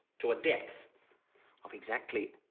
to a depth of exactly.